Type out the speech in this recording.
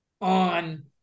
on